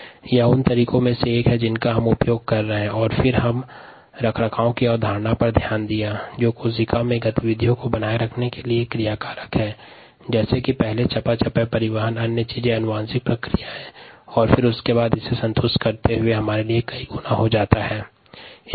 concept of maintenance या रखरखाव की संकल्पना कोशिका की गतिविधियों को बनाए रखने के लिए क्रियाकारक अहम् है जैसे मेटाबोलिज्म आधारित परिवहन अनुवांशिक प्रक्रिया और अन्य कार्यों के साथ ही कोशिका वृद्धि में सहायता करता है